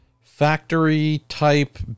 factory-type